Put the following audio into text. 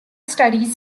studies